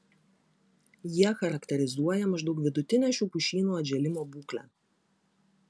jie charakterizuoja maždaug vidutinę šių pušynų atžėlimo būklę